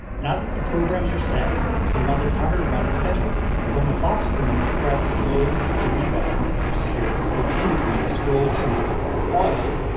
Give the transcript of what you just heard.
now that the programs are set we'll want the timer to run as scheduled. from the clock screen press the mode delete button, which is here, repeatedly to scroll to auto,